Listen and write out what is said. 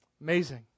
Amazing